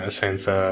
senza